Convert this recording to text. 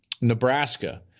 Nebraska